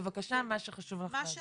בבקשה, מה שחשוב לך להגיד.